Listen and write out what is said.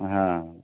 ہاں